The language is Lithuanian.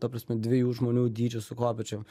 ta prasme dviejų žmonių dydžio su kopėčiom